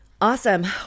awesome